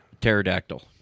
Pterodactyl